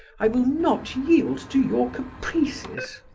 i will not yield to your caprices.